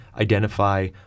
identify